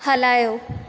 हलायो